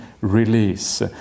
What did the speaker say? release